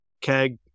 keg